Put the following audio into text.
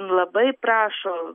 labai prašo